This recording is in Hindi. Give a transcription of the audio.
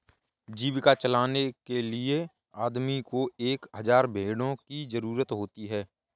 जीविका चलाने के लिए आदमी को एक हज़ार भेड़ों की जरूरत होती है